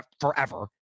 forever